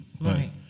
Right